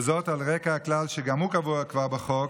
וזאת על רקע הכלל, שגם הוא קבוע כבר בחוק,